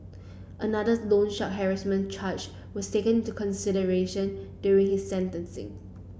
another loan shark harassment charge was taken into consideration during his sentencing